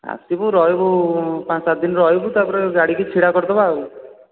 ଆସିବୁ ରହିବୁ ପାଞ୍ଚ ସାତ ଦିନ ରହିବୁ ତା'ପରେ ଗଡ଼ିକୁ ଛିଡ଼ା କରିଦେବା ଆଉ